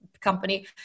company